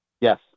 Yes